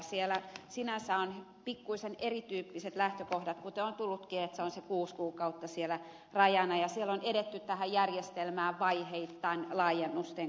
siellä sinänsä on pikkuisen eri tyyppiset lähtökohdat kuten on tullutkin esiin että se on se kuusi kuukautta siellä rajana ja siellä on edetty tähän järjestelmään vaiheittain laajennusten kautta